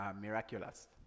Miraculous